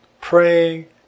praying